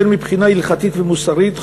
מבחינה הלכתית ומוסרית,